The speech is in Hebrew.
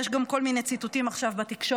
יש גם כל מיני ציטוטים עכשיו בתקשורת,